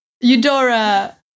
Eudora